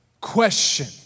question